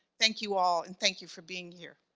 thank you all. and thank you for being here